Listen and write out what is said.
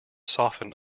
soften